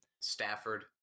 Stafford